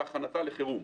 והכנתה לחירום.